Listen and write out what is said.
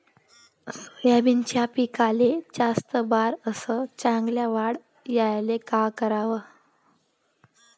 सोयाबीनच्या पिकाले जास्त बार अस चांगल्या वाढ यायले का कराव?